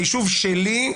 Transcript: היישוב שלי,